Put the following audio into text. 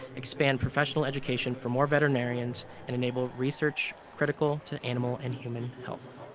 expand professional education for more veterinarians and enable research critical to animal and human health.